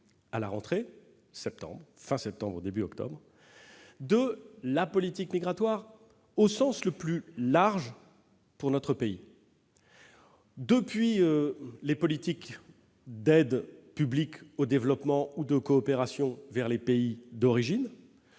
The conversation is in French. discuter, fin septembre, début octobre, de la politique migratoire au sens le plus large pour notre pays, depuis les politiques d'aide publique au développement ou de coopération vers les pays d'origine